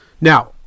Now